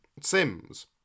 Sims